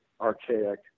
archaic